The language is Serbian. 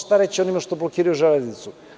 Šta reći onima što blokiraju železnicu?